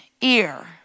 ear